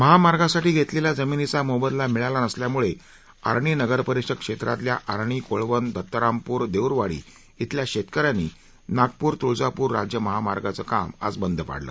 महामार्गासाठी घेतलेल्या जमिनीचा मोबदला मिळाला नसल्यामुळे आर्णी नगरपरिषद क्षेत्रातल्या आर्णी कोळवन दत्तरामपूर देऊरवाडी इथल्या शेतकऱ्यांनी नागपूर तुळजापूर राज्य महामार्गाचं काम आज बंद पाडलं